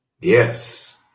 Yes